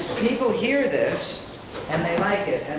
people hear this and they like it.